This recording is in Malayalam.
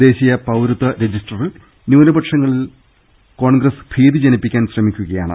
ദേശീയ പൌരത്വ രജിസ്റ്ററിൽ ന്യൂനപക്ഷങ്ങളിൽ കോൺഗ്രസ് ഭീതിജനിപ്പിക്കാൻ ശ്രമിക്കുകയാണ്